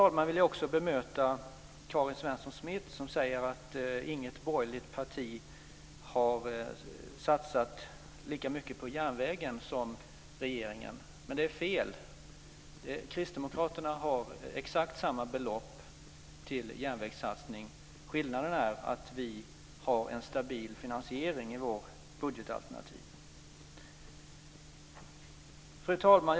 Sedan vill jag också bemöta Karin Svensson Smith som säger att inget borgerligt parti har satsat lika mycket på järnvägen som regeringen. Men det är fel. Kristdemokraterna har exakt samma belopp till järnvägssatsningar. Skillnaden är att vi har en stabil finansiering i vårt budgetalternativ. Fru talman!